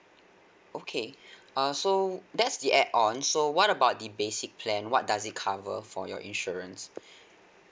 okay uh so that's the add on so what about the basic plan what does it cover for your insurance